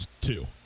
Two